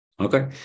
Okay